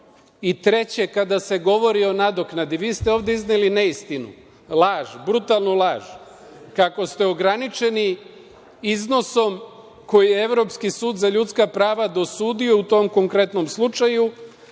toga. Treće, kada se govori o nadoknadi, vi ste ovde izneli neistinu, laž, brutalnu laž, kako ste ograničeni iznosom koji je Evropski sud za ljudska prava dosudio u tom konkretnom slučaju,